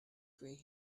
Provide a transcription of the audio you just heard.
gray